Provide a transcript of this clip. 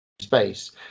space